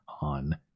on